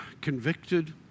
convicted